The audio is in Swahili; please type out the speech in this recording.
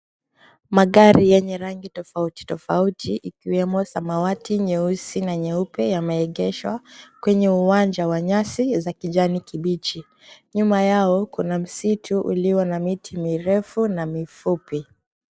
Magari yenye rangi tofauti tofauti ikiwemo samawati, nyeusi na nyeupe yameegeshwa kwenye uwanja wa nyasi za kijani kibichi. Nyuma yao kuna msitu uliwa na miti mirefu na mifupi.